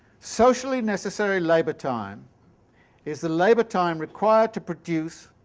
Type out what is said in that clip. socially necessary labour-time is the labour-time required to produce